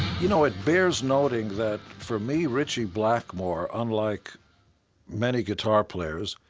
you know, it bears noting that, for me, ritchie blackmore, unlike many guitar players,